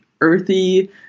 earthy